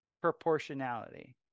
proportionality